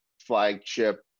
flagship